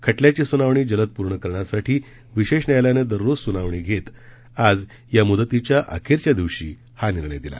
खटल्याची सुनावणी जलद पूर्ण करण्यासाठी विशेष न्यायालयानं दररोज सुनावणी घेत आज या मुदतीच्या अखेरच्या दिवशी हा निर्णय दिला